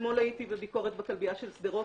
אתמול הייתי בביקורת בכלבייה של שדרות,